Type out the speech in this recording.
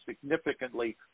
significantly